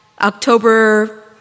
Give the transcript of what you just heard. October